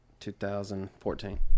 2014